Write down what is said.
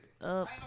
up